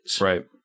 Right